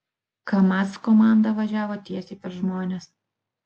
kamaz komanda važiavo tiesiai per žmones